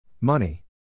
Money